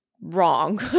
wrong